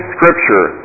Scripture